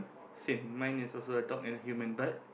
same mine is also a dog and human but